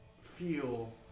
feel